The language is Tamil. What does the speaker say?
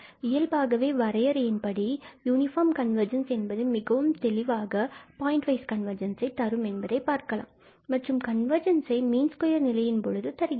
இயல்பாகவே வரையறையின் படி யூனிபார்ம் கன்வர்ஜென்ஸ் என்பது மிகவும் தெளிவாக பாயிண்ட் வைஸ் கன்வர்ஜென்ஸை தரும் என்பதை பார்க்கலாம் மற்றும் கன்வர்ஜென்ஸ் ஐ மீன் ஸ்கொயர் நிலையில் பொழுது தருகிறது